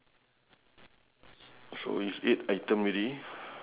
one two three four five six seven eight nine K